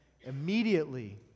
immediately